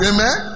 Amen